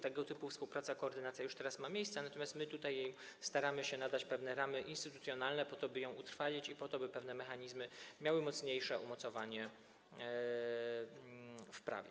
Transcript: Tego typu współpraca i koordynacja już teraz ma miejsce, my natomiast staramy się nadać jej pewne ramy instytucjonalne po to, by ją utrwalić, i po to, by pewne mechanizmy miały mocniejsze umocowanie w prawie.